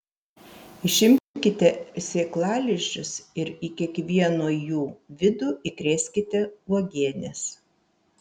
išimkite sėklalizdžius ir į kiekvieno jų vidų įkrėskite uogienės